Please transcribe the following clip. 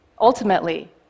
ultimately